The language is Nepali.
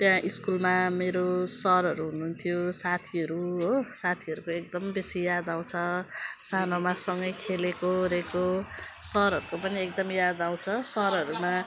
त्यहाँ स्कुलमा मेरो सरहरू हुनुहुन्थ्यो साथीहरू हो साथीहरूको एकदम बेसी याद आउँछ सानोमा सँगै खेलेकोओरेको सरहरूको पनि एकदम याद आउँछ सरहरूमा